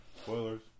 Spoilers